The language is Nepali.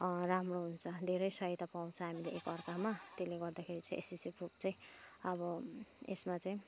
राम्रो हुन्छ धेरै सहायता पाउँछ हामीले एकाअर्कामा त्यसले गर्दाखेरि चाहिँ एसएसजी ग्रुप चाहिँ अब यसमा चाहिँ